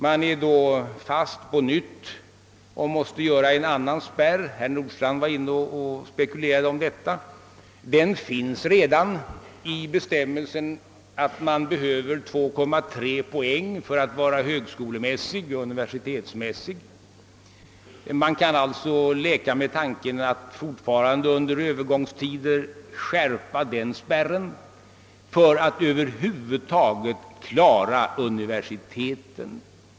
Man är då fast på nytt och måste göra en annan spärr — herr Nordstrandh spekulerade om detta. Men den finns redan i bestämmelsen om att man behöver 2,3 poäng för att få tillträde till universitet och högskola. Man kan alltså leka med tanken att, fortfarande under övergångstiden, skärpa den spärren för att över huvud taget klara universiteten.